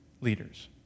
leaders